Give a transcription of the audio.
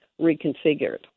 reconfigured